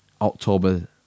October